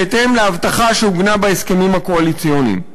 בהתאם להבטחה שעוגנה בהסכמים הקואליציוניים.